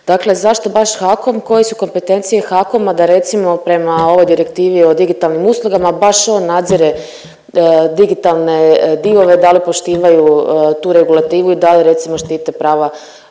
Dakle, zašto baš HAKOM, koje su kompetencije HAKOM-om, a da recimo prema ovoj Direktivi o digitalnim uslugama baš on nadzire digitalne divove da li poštivaju tu regulativu i da li recimo štite prava,